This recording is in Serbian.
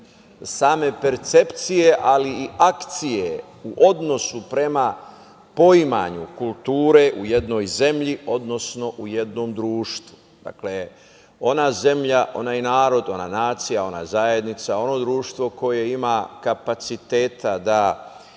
same percepcije, ali i akcije u odnosu prema poimanju kulture u jednoj zemlji, odnosno u jednom društvu. Ona zemlja, onaj narod, ona nacija, ona zajednica, ono društvo koje ima kapaciteta da